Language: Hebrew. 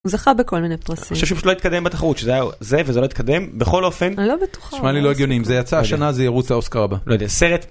הוא זכה בכל מיני פרסים. אני חושב שהוא פשוט לא התקדם בתחרות, שזה היה זה וזה לא התקדם בכל אופן. אני לא בטוחה. נשמע לי לא הגיוני, אם זה יצא השנה, זה ירוץ לאוסקר הבא. לא יודע, סרט?